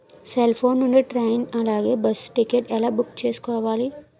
Cell phone నుండి train అలాగే bus ticket ఎలా బుక్ చేసుకోవాలి?